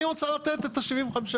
אני רוצה לתת את ה-75%,